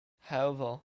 however